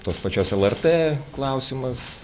tos pačios lrt klausimas